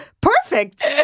perfect